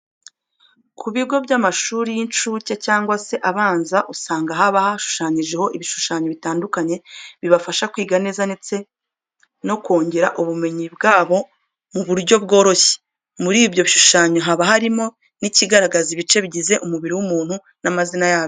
Ku bikugo by'amashuri y'incuke cyangwa se abanza, usanga haba hashushanyijeho ibishushanyo bitandukanye, bibafasha kwiga neza ndetse no kongera ubumenyi bwabo mu buryo bworoshye. Muri ibyo bishushanyo haba harimo n'ikigaragaza ibice bigize umubiri w'umuntu n'amazina yabyo.